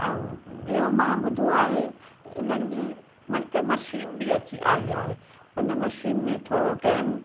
ऐं ॿियो मां ॿुधो आहे हिननि जी मां हिक मशीन बि अची आई आहे हुन मशीन में थोरो टाइम